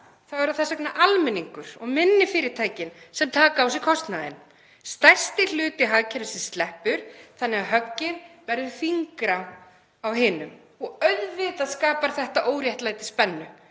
þá er það þess vegna almenningur og minni fyrirtæki sem taka á sig kostnaðinn. Stærsti hluti hagkerfisins sleppur þannig að höggið verður þyngra á hinum. Auðvitað skapar þetta óréttlæti spennu.